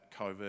COVID